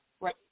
right